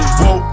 Whoa